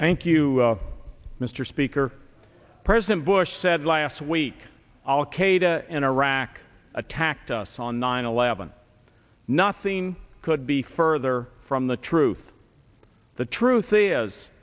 thank you mr speaker president bush said last week al qaeda in iraq attacked us on nine eleven nothing could be further from the truth the truth is